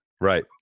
Right